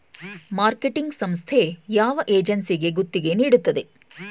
Marketing ಸಂಸ್ಥೆ ಯಾವ ಏಜೆನ್ಸಿಗೆ ಗುತ್ತಿಗೆ ನೀಡುತ್ತದೆ?